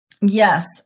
Yes